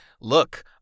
Look